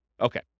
Okay